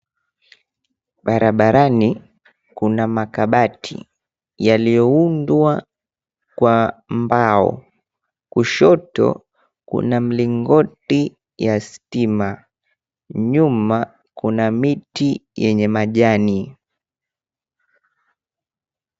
Barabarani kuna makabati yalioundwa kwa mbao, kushoto kuna mlingoti ya stima, nyuma kuna miti yenye majani.